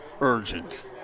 urgent